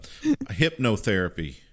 hypnotherapy